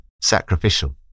sacrificial